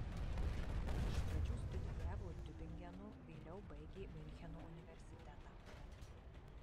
iš pradžių studijavo tiubingeno vėliau baigė miuncheno universitetą